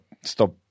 stop